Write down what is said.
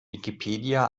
wikipedia